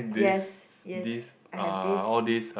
yes yes I have this